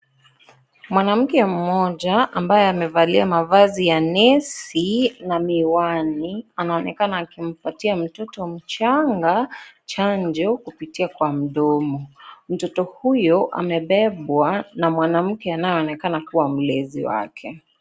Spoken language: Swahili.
Mwanamke moja ambae amevalia mavazi ya nesi na miwani anaonekana akimpatia mtoto mchanga chanjo kupitia kwa mdomo. Mtoto huyo amebebwa na mwanamke anaeonekana kua mlezi wake.